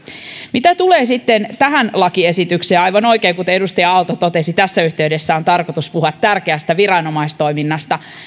mitä tulee sitten tähän lakiesitykseen aivan oikein kuten edustaja aalto totesi tässä yhteydessä on tarkoitus puhua tärkeästä viranomaistoiminnasta